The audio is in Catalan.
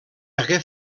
hagué